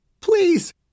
Please